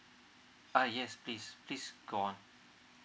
uh yes please please go on